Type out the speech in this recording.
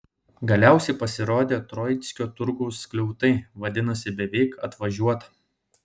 galiausiai pasirodė troickio turgaus skliautai vadinasi beveik atvažiuota